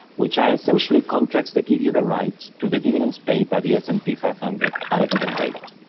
which are essentially contracts that give you the right to the dividends paid by the s and p five hundred at a given date,